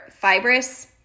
fibrous